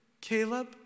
Caleb